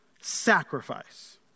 sacrifice